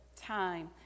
time